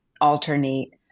alternate